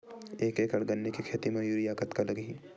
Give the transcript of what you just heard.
एक एकड़ गन्ने के खेती म यूरिया कतका लगही?